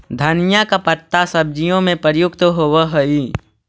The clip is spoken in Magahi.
धनिया का पत्ता सब्जियों में प्रयुक्त होवअ हई